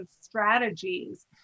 strategies